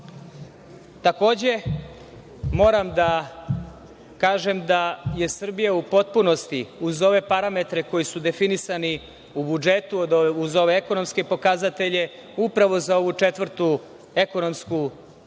privrede. Moram da kažem da je Srbija u potpunosti, uz ove parametre koji su definisani u budžetu, uz ove ekonomske pokazatelje, upravo za ovu četvrtu ekonomsku i